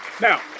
now